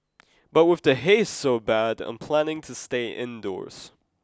but with the haze so bad I'm planning to stay indoors